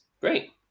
Great